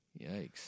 Yikes